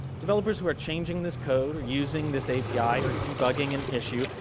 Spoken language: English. developers who are changing this code or using this api or debugging an issue.